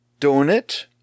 donut